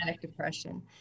depression